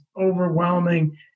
overwhelming